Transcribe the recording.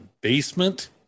basement